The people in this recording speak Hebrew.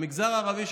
המגזר הערבי,